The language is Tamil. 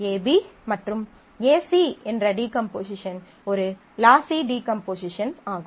AB மற்றும் AC என்ற டீகம்போசிஷன் ஒரு லாஸி டீகம்போசிஷன் ஆகும்